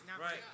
right